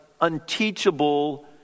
unteachable